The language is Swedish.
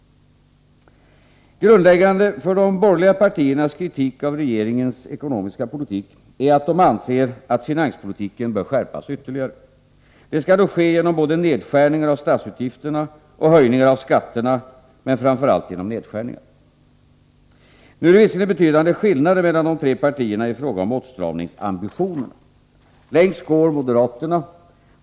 Grundläggande för de borgerliga partiernas kritik av regeringens ekonomiska politik är att de anser att finanspolitiken bör skärpas ytterligare. Det skall då ske genom både nedskärningar av statsutgifterna och höjningar av skatterna, men framför allt genom nedskärningar. Nu är det visserligen betydande skillnader mellan de tre partierna i fråga om åtstramningsambitionerna. Längst går moderaterna.